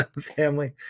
family